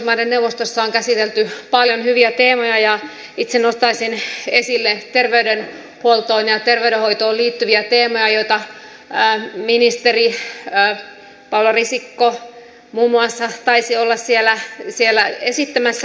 pohjoismaiden neuvostossa on käsitelty paljon hyviä teemoja ja itse nostaisin esille terveydenhuoltoon ja terveydenhoitoon liittyviä teemoja joita ministeri paula risikko muun muassa taisi olla siellä esittämässä